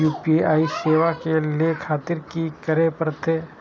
UPI सेवा ले खातिर की करे परते?